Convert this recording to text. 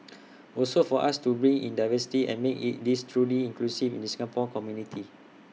also for us to bring in the diversity and make IT this truly inclusive in the Singapore community